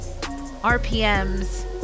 RPMs